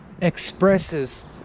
expresses